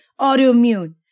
autoimmune